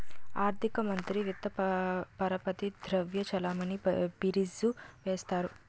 ఆర్థిక మంత్రి విత్త పరపతి ద్రవ్య చలామణి బీరీజు వేస్తారు